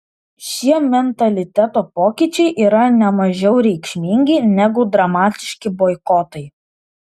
šie mentaliteto pokyčiai yra ne mažiau reikšmingi negu dramatiški boikotai